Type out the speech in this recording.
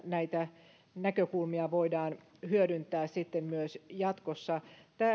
näitä näkökulmia voidaan hyödyntää sitten myös jatkossa